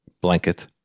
blanket